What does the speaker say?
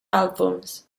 albums